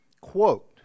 Quote